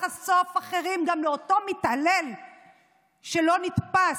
לחשוף אחרים לאותו מתעלל שלא נתפס,